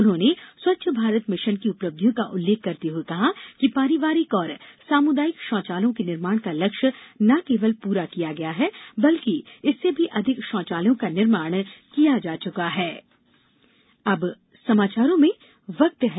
उन्होंने स्वच्छ भारत मिशन की उपलब्धियों का उल्लेख करते हुए कहा कि पारिवारिक और सामुदायिक शौचालयों के निर्माण का लक्ष्य न केवल पूरा किया गया है बल्कि इससे भी अधिक शौचालयों का निर्माण किया जा चुका है